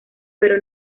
pero